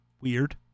weird